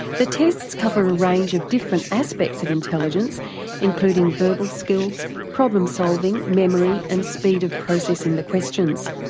the tests cover a range of different aspects of intelligence including verbal skills, problem solving, memory and speed of processing the questions.